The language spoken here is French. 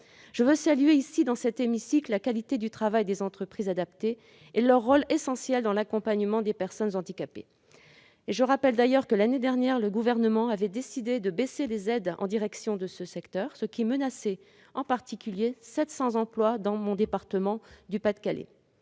Je veux saluer la qualité du travail accompli par les entreprises adaptées et leur rôle essentiel dans l'accompagnement des personnes handicapées. Je rappelle d'ailleurs que, l'année dernière, le Gouvernement avait décidé de baisser les aides destinées à ce secteur, ce qui menaçait, en particulier, 700 emplois dans mon département du Pas-de-Calais.